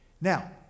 Now